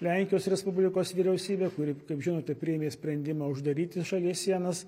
lenkijos respublikos vyriausybe kuri kaip žinote priėmė sprendimą uždaryti šalies sienas